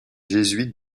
jésuites